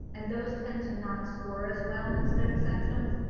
and those tend to not score as well in study sections,